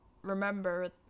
remember